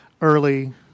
early